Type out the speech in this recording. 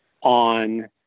on